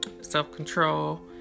self-control